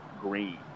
green